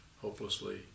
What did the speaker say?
hopelessly